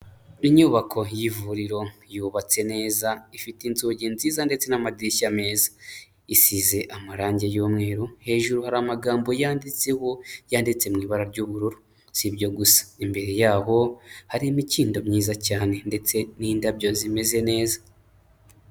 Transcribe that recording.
Inyubako y'ivuriro yubatse neza, ifite inzugi nziza ndetse n'amadirishya meza, isize amarangi y'umweru, hejuru hari amagambo yanditseho, yanditse mu ibara ry'ubururu, si ibyo gusa, imbere yaho hari imikindo myiza cyane, ndetse n'indabyo zimeze neza.